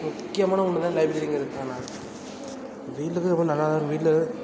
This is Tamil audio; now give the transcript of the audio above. முக்கியமான ஒன்று தான் லைப்ரரிங்கிறது ஆனால் வீட்டில இருக்கிறது ரொம்ப நல்லா தான் இருக்குது வீட்டில